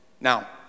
Now